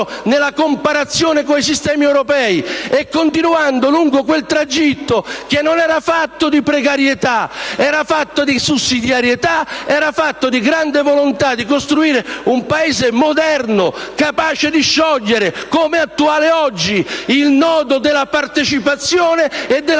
nella comparazione con i sistemi europei, e continuando lungo quel tragitto che non era fatto di precarietà, ma di sussidiarietà e di grande volontà di costruire un Paese moderno, capace di sciogliere e di attuare oggi il nodo della partecipazione e della